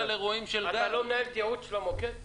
אתה לא מנהל תיעוד של המוקד?